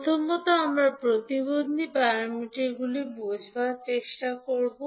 প্রথমত আমরা প্রতিবন্ধী প্যারামিটারগুলি বোঝার চেষ্টা করব